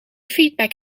feedback